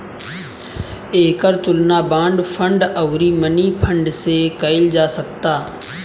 एकर तुलना bond fund अउरी money fund से कईल जा सकता